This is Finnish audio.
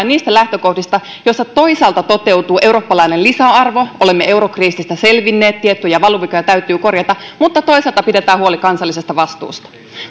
niistä lähtökohdista joissa toisaalta toteutuu eurooppalainen lisäarvo olemme eurokriisistä selvinneet tiettyjä valuvikoja täytyy korjata mutta toisaalta pidetään huoli kansallisesta vastuusta